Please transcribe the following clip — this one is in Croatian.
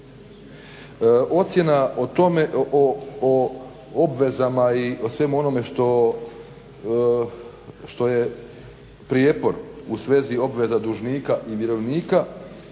tome, o obvezama i o svemu onome što je prijepor u svezi obveza dužnika i mirovnika